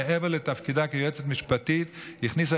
שמעבר לתפקידה כיועצת משפטית הכניסה